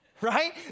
Right